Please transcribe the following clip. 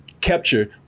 capture